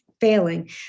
failing